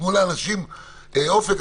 תנו לאנשים אופק.